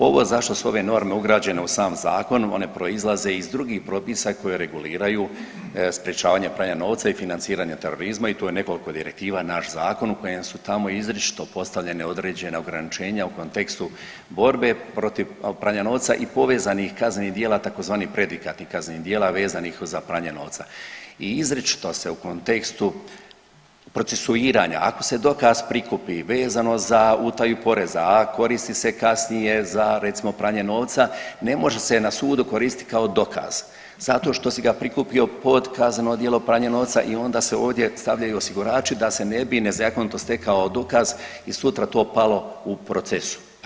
Ovo zašto su ove norme ugrađene u sam zakon, one proizlaze iz drugih propisa koje reguliraju sprječavanje pranja novaca i financiranje terorizma i tu je nekoliko direktiva, naš zakon u kojem su tamo izričito postavljene određena ograničenja u kontekstu borbe protiv pranja novca i povezanih kaznenih djela tzv. predikatnih kaznenih djela vezanih za pranje novca i izričito se u kontekstu procesuiranja ako se dokaz prikupi vezano za utaju poreza, a koristi se kasnije za recimo pranje novca ne može se na sudu koristit kao dokaz zato što si ga prikupio pod kazneno djelo pranje novca i onda se ovdje stavljaju osigurači da se ne bi nezakonito stekao dokaz i sutra to palo u procesu, evo.